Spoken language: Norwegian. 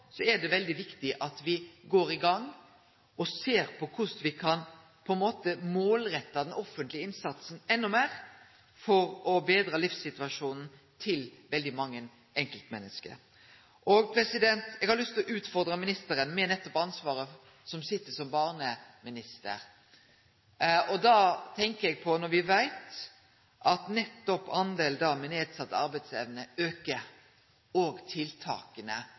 er det veldig viktig at me går i gang og ser på korleis me kan målrette den offentlege innsatsen enda meir for å betre livssituasjonen til veldig mange enkeltmenneske. Eg har lyst til å utfordre ministeren på ansvaret ho, som sit som barneminister, har. Når me veit at nettopp talet på dei med nedsett arbeidsevne aukar, og at tiltaka